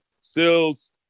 sales